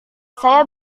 saya